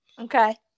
Okay